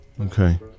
Okay